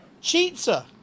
cheetah